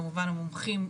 כמובן המומחים,